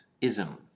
ism